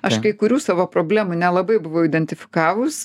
aš kai kurių savo problemų nelabai buvau identifikavus